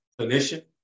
clinician